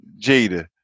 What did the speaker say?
Jada